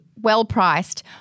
well-priced